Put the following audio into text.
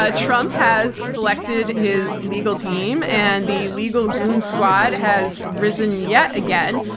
ah trump has selected his legal team and the legal goon squad has risen yet again.